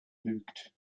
lügt